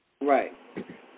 Right